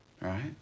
Right